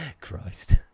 Christ